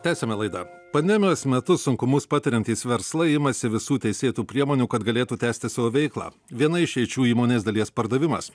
tęsiame laidą pandemijos metu sunkumus patariantys verslai imasi visų teisėtų priemonių kad galėtų tęsti savo veiklą viena išeičių įmonės dalies pardavimas